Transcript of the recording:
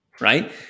right